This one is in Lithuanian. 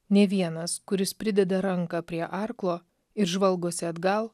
nė vienas kuris prideda ranką prie arklo ir žvalgosi atgal